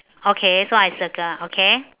okay so I circle ah okay